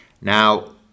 Now